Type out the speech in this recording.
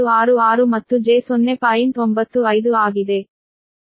ಆದ್ದರಿಂದ ಇದು per unit ರೇಖಾಚಿತ್ರವಾಗಿದೆ